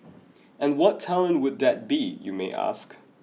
and what talent would that be you may ask